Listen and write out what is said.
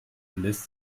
lässt